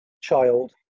child